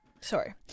Sorry